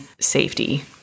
safety